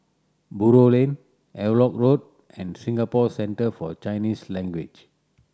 Buroh Lane Havelock Road and Singapore Centre For Chinese Language